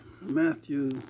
Matthew